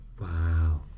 Wow